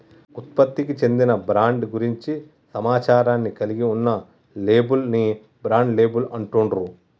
ఉత్పత్తికి చెందిన బ్రాండ్ గురించి సమాచారాన్ని కలిగి ఉన్న లేబుల్ ని బ్రాండ్ లేబుల్ అంటుండ్రు